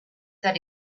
that